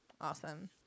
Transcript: Awesome